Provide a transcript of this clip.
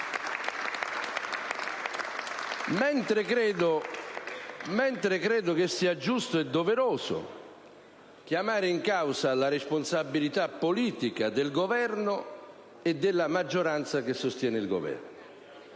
mentre credo sia giusto e doveroso chiamare in causa la responsabilità politica del Governo e della maggioranza che lo sostiene. È un dovere